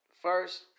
First